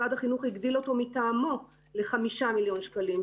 משרד החינוך הגדיל אותו מטעמו ל-5 מיליון שקלים.